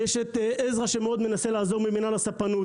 יש את עזרא ממינהל הספנות שמאוד מנסה לעזור,